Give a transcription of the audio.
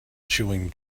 chewing